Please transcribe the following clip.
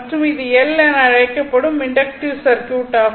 மற்றும் இது L என அழைக்கப்படும் இண்டக்ட்டிவ் சர்க்யூட் ஆகும்